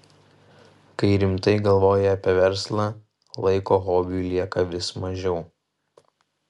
kai rimtai galvoji apie verslą laiko hobiui lieka vis mažiau